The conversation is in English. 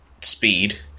speed